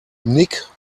nick